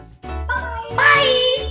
bye